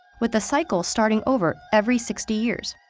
with the cycle starting over every sixty years.